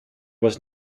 was